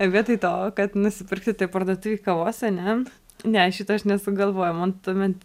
vietoj to kad nusipirkti toj parduotuvėj kavos ane ne šito aš nesugalvojau man tuomet